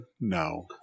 no